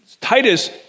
Titus